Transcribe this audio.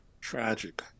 Tragic